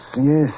yes